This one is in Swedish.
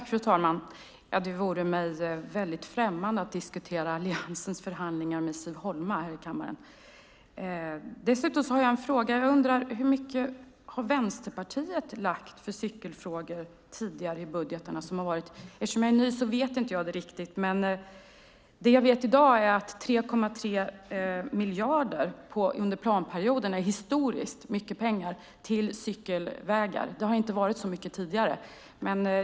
Fru talman! Det vore mig främmande att här i kammaren diskutera Alliansens förhandlingar med Siv Holma. Jag har en fråga. Hur mycket har Vänsterpartiet lagt på cykelfrågor i tidigare budgetar? Eftersom jag är ny vet jag inte det. Jag vet att 3,3 miljarder under planperioden är historiskt mycket pengar till cykelvägar. Det har inte varit så mycket tidigare.